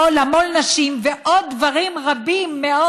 או למוֹל נשים, ועוד דברים רבים מאוד.